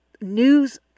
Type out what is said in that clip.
news